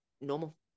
normal